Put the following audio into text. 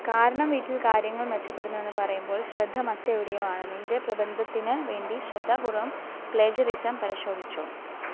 കാരണം വീട്ടിൽ കാര്യങ്ങൾ മെച്ചപ്പെടുന്നു ഏന്ന് പറയുമ്പോള് ശ്രദ്ധ മറ്റെവിടെയോ ആണ് നിന്റെ പ്രബന്ധത്തിന് വേണ്ടി ശ്രദ്ധാപൂർവം പ്ലെജറിസം പരിശോധിച്ചോ